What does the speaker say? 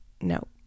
No